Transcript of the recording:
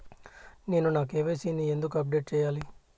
నేను నా కె.వై.సి ని ఎందుకు అప్డేట్ చెయ్యాలి?